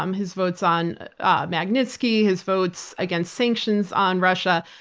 um his votes on magnitsky, his votes against sanctions on russia.